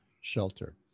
shelter